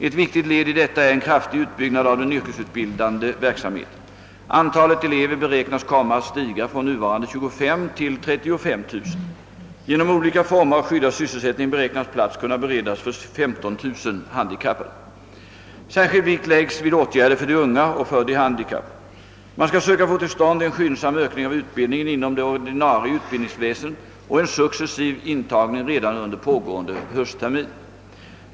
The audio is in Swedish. Ett viktigt led i ' detta är en kraftig utbyggnad av den yrkesutbildande verksamheten. Antalet elever beräknas komma att stiga från nuvarande 25000 till 35 000. Genom olika former av skyddad sysselsättning beräknas plats kunna beredas för 15000 handikappade. Särskild vikt lägges vid åtgärder för de unga och för de handikappade. Man skall söka få till stånd en skyndsam ökning av utbildningen inom det ordinarie utbildningsväsendet och en successiv intagning redan under pågående hösttermin.